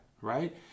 right